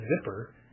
zipper